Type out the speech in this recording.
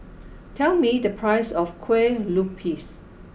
tell me the price of Kue Lupis